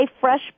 fresh